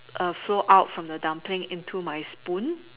flow out from the dumpling into my spoon